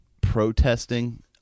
protesting